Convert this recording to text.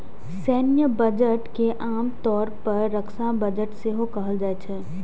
सैन्य बजट के आम तौर पर रक्षा बजट सेहो कहल जाइ छै